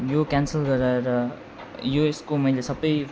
यो क्यान्सल गराएर यो यसको मैले सबै